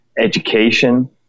education